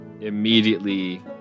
immediately